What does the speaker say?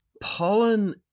pollen